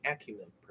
acumen